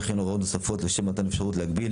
וכן הוראות נוספות לשם מתן אפשרות להגביל